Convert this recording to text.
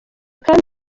kandi